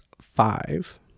five